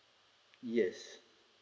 yes